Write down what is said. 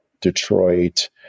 Detroit